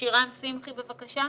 שירן שמחי, בבקשה.